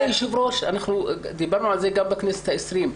גברתי היושבת-ראש, דיברנו על זה גם בכנסת העשרים.